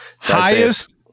Highest